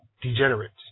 degenerates